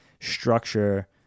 structure